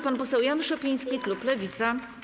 Pan poseł Jan Szopiński, klub Lewica.